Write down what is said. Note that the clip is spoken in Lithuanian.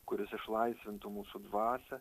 kuris išlaisvintų mūsų dvasią